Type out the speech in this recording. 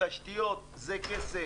תשתיות זה כסף.